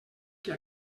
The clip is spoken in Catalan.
que